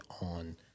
on